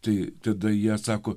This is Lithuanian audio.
tai tada jie sako